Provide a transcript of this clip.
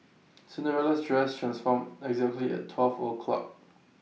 Cinderella's dress transformed exactly at twelve o'clock